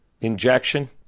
injection